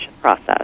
process